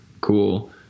Cool